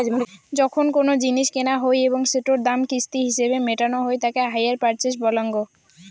যখন কোনো জিনিস কেনা হই এবং সেটোর দাম কিস্তি হিছেবে মেটানো হই তাকে হাইয়ার পারচেস বলাঙ্গ